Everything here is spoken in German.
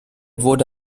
wurde